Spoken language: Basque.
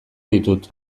ditut